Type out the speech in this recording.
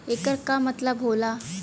येकर का मतलब होला?